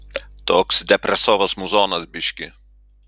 toks depresovas muzonas biškį